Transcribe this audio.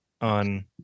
on